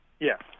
Yes